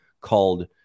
called